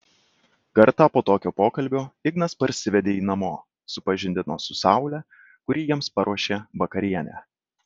kartą po tokio pokalbio ignas parsivedė jį namo supažindino su saule kuri jiems paruošė vakarienę